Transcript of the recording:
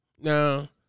Now